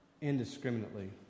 indiscriminately